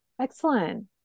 Excellent